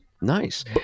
Nice